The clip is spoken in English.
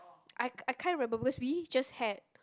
I I can't remember because we just had